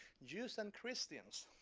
jews and christians,